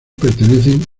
pertenecen